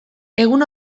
egun